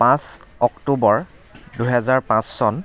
পাঁচ অক্টোবৰ দুহেজাৰ পাঁচ চন